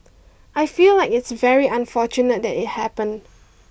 I feel like it's very unfortunate that it happened